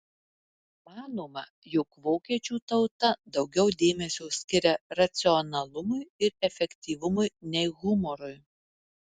manoma jog vokiečių tauta daugiau dėmesio skiria racionalumui ir efektyvumui nei humorui